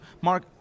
Mark